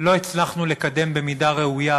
לא הצלחנו לקדם במידה ראויה